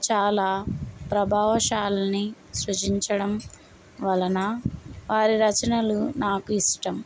చాలా ప్రభావశాల్ని సృష్టించడం వలన వారి రచనలు నాకు ఇష్టం